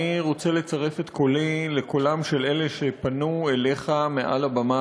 אני רוצה לצרף את קולי לקולם של אלה שפנו אליך מעל הבמה